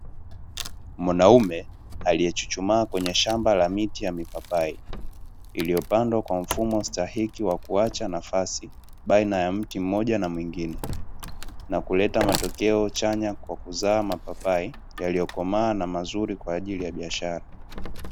Mwanaume aliechuchumaa kwenye shamba la miti ya mipapai, iliyopandwa kwa mfumo stahiki wa kuacha nafasi baina ya mti mmoja na mwingine, na kuleta matokeo chanja kwa kuzaa mapapai yaliyokomaa na mazuri kwa ajili ya biashara.